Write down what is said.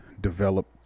develop